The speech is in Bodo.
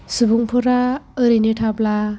सुबुंफोरा ओरैनो थाब्ला